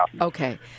Okay